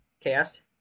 cast